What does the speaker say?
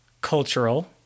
cultural